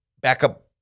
backup